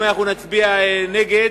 אם אנחנו נצביע נגד,